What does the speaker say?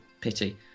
pity